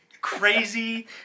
crazy